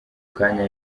kanya